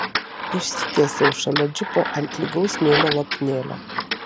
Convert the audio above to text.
išsitiesiau šalia džipo ant lygaus smėlio lopinėlio